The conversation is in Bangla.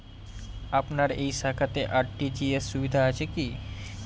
আপনার এই শাখাতে আর.টি.জি.এস সুবিধা আছে কি?